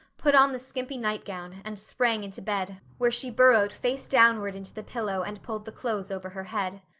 put on the skimpy nightgown and sprang into bed where she burrowed face downward into the pillow and pulled the clothes over her head.